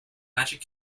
magic